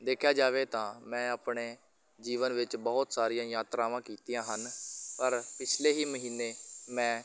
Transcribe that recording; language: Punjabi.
ਦੇਖਿਆ ਜਾਵੇ ਤਾਂ ਮੈਂ ਆਪਣੇ ਜੀਵਨ ਵਿੱਚ ਬਹੁਤ ਸਾਰੀਆਂ ਯਾਤਰਾਵਾਂ ਕੀਤੀਆਂ ਹਨ ਪਰ ਪਿਛਲੇ ਹੀ ਮਹੀਨੇ ਮੈਂ